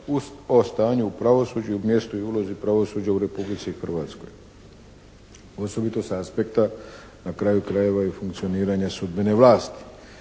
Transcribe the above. o stanju u pravosuđu i o mjestu i ulozi pravosuđa u Republici Hrvatskoj, osobito sa aspekta na kraju krajeva i funkcioniranja sudbene vlasti.